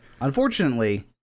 Unfortunately